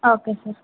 okay sir